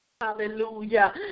Hallelujah